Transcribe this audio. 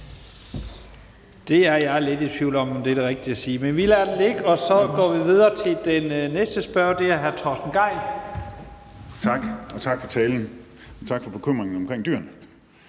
Jeg er lidt i tvivl om, om det er det rigtige at sige, men vi lader det ligge, og så går vi videre til den næste spørger, som er hr. Torsten Gejl. Kl. 17:36 Torsten Gejl (ALT): Tak. Tak for talen, og tak for bekymringerne omkring dyrene.